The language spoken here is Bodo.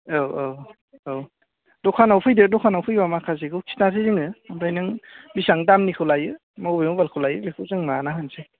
औ औ औ दखानाव फैदो दखानाव फैबा माखासेखौ खिनथानोसै जोङो ओमफ्राय नों बिसिबां दामनिखौ लायो बबे मबाइलखौ लायो बेखौ जों माबानानै होनोसै